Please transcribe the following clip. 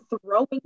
throwing